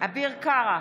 אביר קארה,